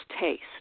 taste